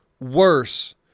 worse